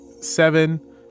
seven